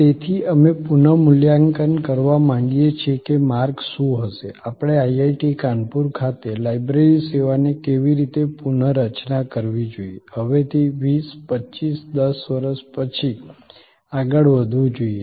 તેથી અમે પુનઃમૂલ્યાંકન કરવા માંગીએ છીએ કે માર્ગ શું હશે આપણે IIT કાનપુર ખાતે લાઇબ્રેરી સેવાને કેવી રીતે પુનઃરચના કરવી જોઈએ હવેથી 20 25 10 વર્ષ પછી આગળ વધવું જોઈએ